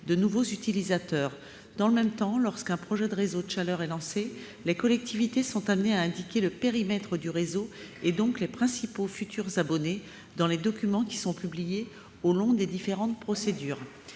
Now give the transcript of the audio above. de nouveaux utilisateurs. Dans le même temps, lorsqu'un projet de réseau de chaleur est lancé, les collectivités sont amenées à indiquer le périmètre du réseau, et donc les principaux futurs abonnés, dans les documents qui sont publiés au long des différentes procédures.